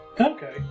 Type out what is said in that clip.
Okay